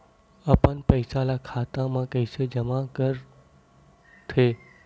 अपन पईसा खाता मा कइसे जमा कर थे?